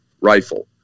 rifle